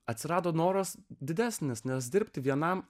atsirado noras didesnis nes dirbti vienam